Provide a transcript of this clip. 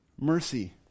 mercy